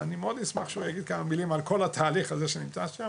ואני מאוד אשמח שהוא יגיד כמה מילים על כל התהליך הזה שהיה שם.